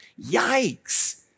Yikes